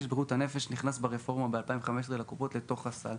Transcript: של בריאות הנפש נכנס ברפורמה בשנת 2015 לקופות לתוך הסל.